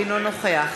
אינו נוכח